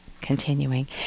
Continuing